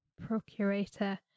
Procurator